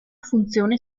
funzione